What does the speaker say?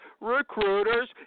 recruiters